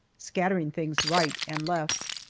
scattering things right and left.